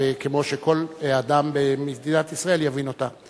כמו שכל אדם במדינת ישראל יבין אותה.